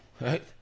right